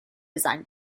design